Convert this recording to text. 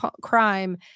crime